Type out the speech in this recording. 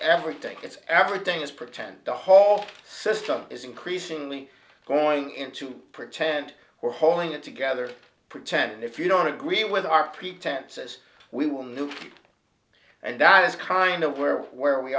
everything it's everything is pretend the whole system is increasingly going into pretend or holding it together pretend if you don't agree with our pretenses we will nuke you and that is kind of where where we